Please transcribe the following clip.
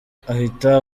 ahita